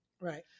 right